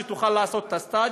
שתוכל לעשות בה סטאז',